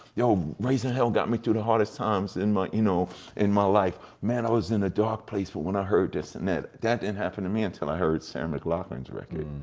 yo, raising hell got me through the hardest times in my you know in my life. man, i was in a dark place, but when i heard this and that. that didn't happen to me until i heard sarah mclachlan's record.